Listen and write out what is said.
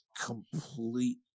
complete